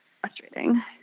frustrating